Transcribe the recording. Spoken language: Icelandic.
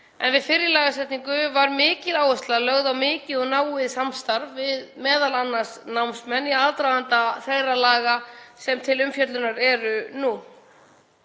en við fyrri lagasetningu var mikil áhersla lögð á mikið og náið samstarf við m.a. námsmenn í aðdraganda þeirra laga sem til umfjöllunar eru nú.